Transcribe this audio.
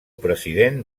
president